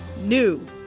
NEW